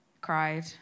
cried